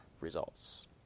results